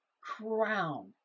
crown